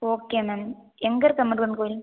okay ma'am எங்கே இருக்கற முருகன் கோயில்